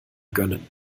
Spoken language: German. gönnen